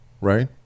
right